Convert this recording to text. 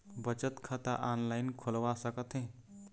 बचत खाता ऑनलाइन खोलवा सकथें?